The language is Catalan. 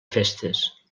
festes